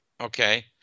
okay